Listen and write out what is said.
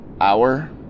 hour